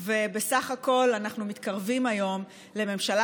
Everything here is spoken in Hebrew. ובסך הכול אנחנו מתקרבים היום לממשלה